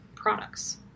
products